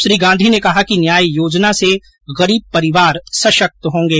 श्री गांधी ने कहा कि न्याय योजना से गरीब परिवार सशक्त होंगे